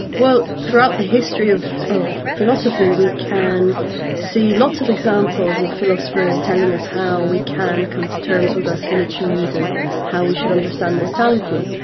well throughout the history of of philosophy we can see lots of examples of philosophers telling us how we can come to terms with our finitude and how we should understand mortality.